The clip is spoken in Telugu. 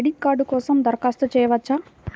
క్రెడిట్ కార్డ్ కోసం దరఖాస్తు చేయవచ్చా?